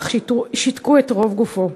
אך שיתקו את רוב גופו.